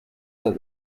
that